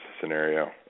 scenario